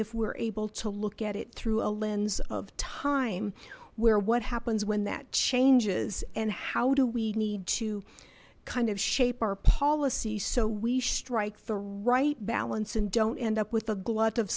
if we're able to look at it through a lens of time where what happens when that changes and how do we need to kind of shape our policy so we strike the right balance and don't end up with a glut of